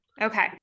Okay